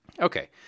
Okay